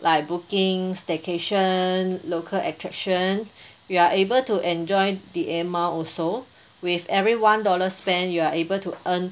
like booking staycation local attraction you are able to enjoy the air mile also with every one dollar spent you are able to earn